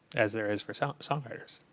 as there is for so songwriters?